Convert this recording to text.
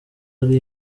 ari